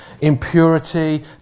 impurity